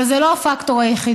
אבל זה לא הפקטור היחיד.